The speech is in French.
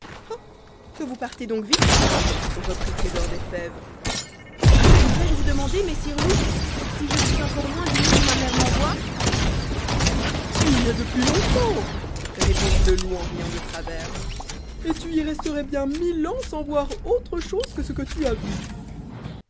que voas partez donc vite reprit trésor des fèves oserais-je vous demander messire loup si je suis encore loin du monde où ma mère m'envoie tu y es depuis longtemps répondit le loup en riant de travers et tu y resterais bien mille ans sans voir autre chose que ce que tu as vu